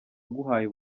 aguhaye